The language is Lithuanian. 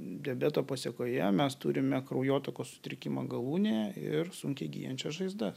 diabeto pasekoje mes turime kraujotakos sutrikimą galūnėje ir sunkiai gyjančias žaizdas